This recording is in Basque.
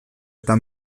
eta